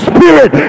Spirit